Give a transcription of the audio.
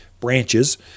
branches